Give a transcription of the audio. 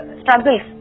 struggles